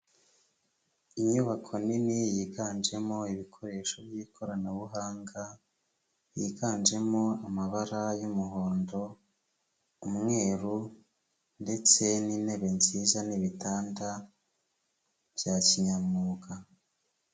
Inyubako nini yiganjemo ibikoresho by'ikoranabuhanga, yiganjemo amabara y'umuhondo, umweru ndetse n'intebe nziza n'ibitanda bya kinyamwuga.